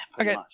Okay